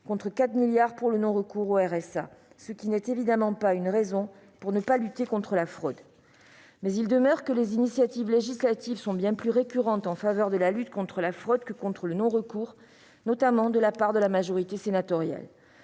contre 4 milliards d'euros pour le non-recours au RSA. Ce n'est, bien évidemment, pas une raison pour ne pas lutter contre ces agissements. Il demeure néanmoins que les initiatives législatives sont bien plus fréquentes en faveur de la lutte contre la fraude que contre le non-recours, notamment de la part de la majorité sénatoriale.